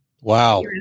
Wow